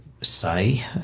say